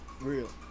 Real